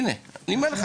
הנה, אני אומר לך.